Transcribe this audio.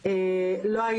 ולא תואם איתנו,